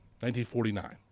1949